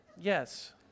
Yes